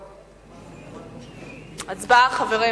הצבעה, חברים.